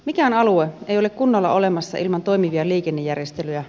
mikään alue ei ole kunnolla olemassa ilman toimivia liikennejärjestelyjä